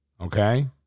okay